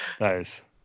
nice